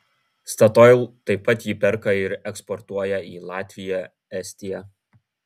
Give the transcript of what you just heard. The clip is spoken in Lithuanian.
statoil taip pat jį perka ir eksportuoja į latviją estiją